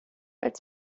als